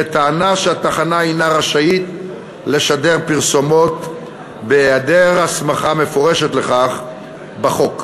בטענה שהתחנה אינה רשאית לשדר פרסומות בהיעדר הסמכה מפורשת לכך בחוק.